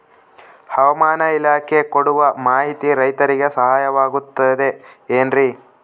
ಹವಮಾನ ಇಲಾಖೆ ಕೊಡುವ ಮಾಹಿತಿ ರೈತರಿಗೆ ಸಹಾಯವಾಗುತ್ತದೆ ಏನ್ರಿ?